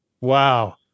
wow